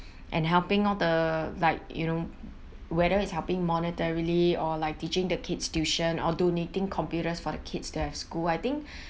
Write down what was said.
and helping all the like you know whether is helping monetarily or like teaching the kids tuition or donating computers for the kids to have school I think